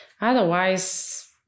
otherwise